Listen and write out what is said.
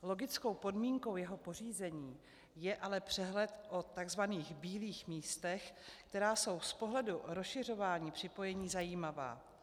Logickou podmínkou jeho pořízení je ale přehled o takzvaných bílých místech, která jsou z pohledu rozšiřování připojení zajímavá.